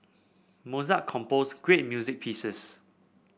Mozart composed great music pieces